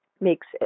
makes